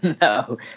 No